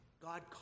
God